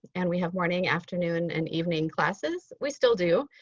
and we have morning, afternoon and evening classes. we still do,